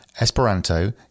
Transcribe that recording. Esperanto